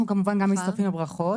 אנחנו מצטרפים לברכות